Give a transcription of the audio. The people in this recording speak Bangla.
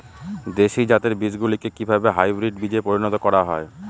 দেশি জাতের বীজগুলিকে কিভাবে হাইব্রিড বীজে পরিণত করা হয়?